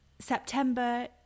September